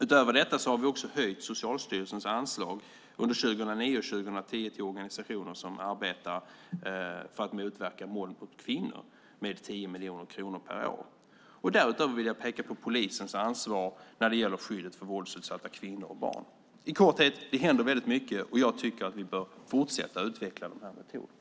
Utöver detta har vi höjt Socialstyrelsens anslag under 2009 och 2010 till organisationer som arbetar för att motverka våld mot kvinnor med 10 miljoner kronor per år. Därutöver vill jag peka på polisens ansvar när det gäller skyddet för våldsutsatta kvinnor och barn. I korthet: Det händer mycket, och jag tycker att vi bör fortsätta att utveckla de här metoderna.